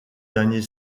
dernier